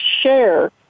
share